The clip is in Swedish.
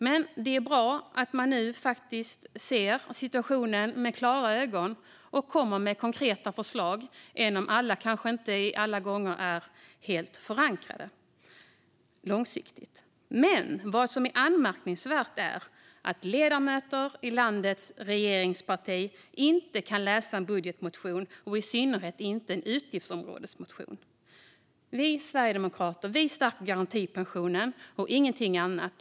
Men det är bra att man nu ser situationen med klara ögon och kommer med konkreta förslag, även om alla inte alla gånger är helt förankrade långsiktigt. Vad som är anmärkningsvärt är att ledamöter i landets regeringsparti inte kan läsa en budgetmotion och i synnerhet inte en motion om ett utgiftsområde. Vi sverigedemokrater stärker garantipensionen i vårt förslag och ingenting annat.